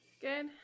Good